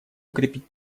укрепить